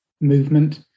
movement